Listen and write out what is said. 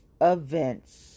events